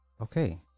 okay